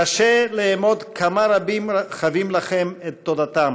קשה לאמוד כמה רבים חבים לכם את תודתם